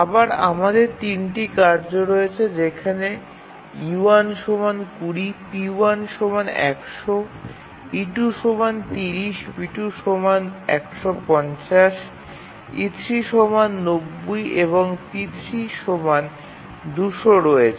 আবার আমাদের ৩টি কার্য রয়েছে যেখানে e1২০ p1১০০ e2৩০ p2১৫০ e3৯০ এবং p3২০০ রয়েছে